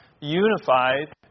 unified